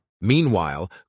Meanwhile